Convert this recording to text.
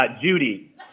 Judy